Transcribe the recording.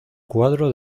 cuadro